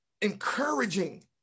encouraging